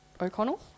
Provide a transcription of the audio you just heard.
O'Connell